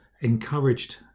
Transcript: encouraged